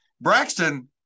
Braxton